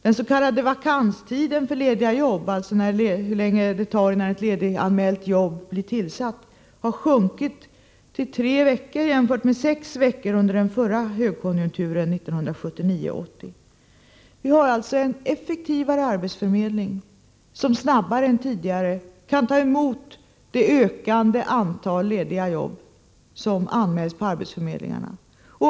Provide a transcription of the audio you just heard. Den s.k. vakanstiden för lediga jobb, dvs. hur lång tid det tar innan ett lediganmält jobb blir tillsatt, har sjunkit till tre veckor jämfört med sex veckor under den förra högkonjunkturen 1979-1980. Vi har alltså en effektivare arbetsförmedling, som snabbare än tidigare kan ta emot det ökande antalet lediga jobb som anmäls på arbetsförmedlingarna.